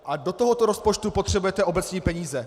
A do tohoto rozpočtu potřebujete obecní peníze.